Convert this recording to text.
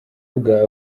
bwa